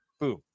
boom